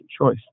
choice